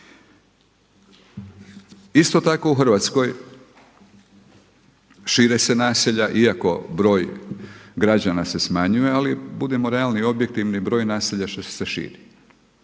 Isto tako u Hrvatskoj šire se naselja, iako broj građana se smanjuje ali budimo realni i objektivni, broj naselja se širi.